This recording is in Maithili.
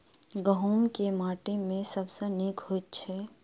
गहूम केँ माटि मे सबसँ नीक होइत छै?